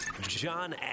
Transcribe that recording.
John